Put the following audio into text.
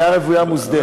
בנייה רוויה מוסדרת.